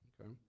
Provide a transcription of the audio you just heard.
okay